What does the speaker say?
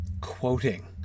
quoting